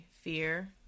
fear